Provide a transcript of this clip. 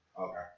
Okay